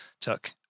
took